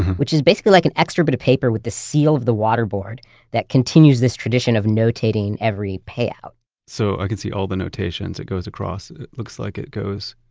which is basically like an extra bit but of paper with the seal of the water board that continues this tradition of notating every payout so i can see all the notations. it goes across, it looks like it goes